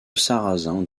sarrasins